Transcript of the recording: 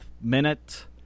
minute